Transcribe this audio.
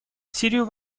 сирию